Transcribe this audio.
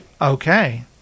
okay